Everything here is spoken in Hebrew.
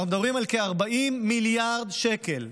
אנחנו מדברים על כ-40 מיליארד שקל.